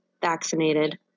vaccinated